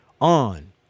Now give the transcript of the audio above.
on